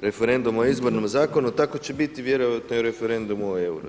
referenduma o izbornom zakonu, tako će biti vjerojatno i referendumu o EUR-u.